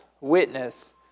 witness